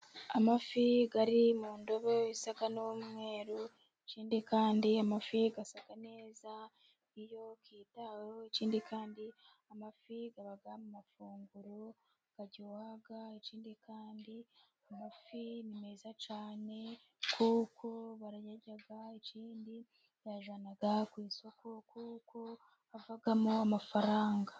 Amafi ari mu ndobo isa n'umweru ikindi kandi amafi asa neza iyo yitaweho, ikindi kandi amafi aba mu mafunguro aryoha. Ikindi kandi amafi ni meza cyane kuko barayarya ikindi kandi bayajyana ku isoko kuko havamo amafaranga.